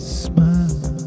smile